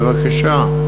בבקשה.